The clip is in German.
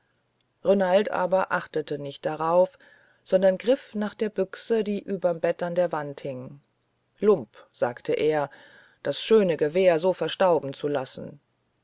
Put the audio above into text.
renald aber achtete nicht darauf sondern griff nach der büchse die überm bett an der wand hing lump sagte er das schöne gewehr so verstauben zu lassen